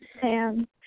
Sam